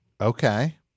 Okay